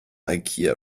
ikea